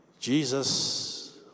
Jesus